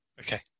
Okay